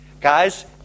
Guys